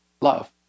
love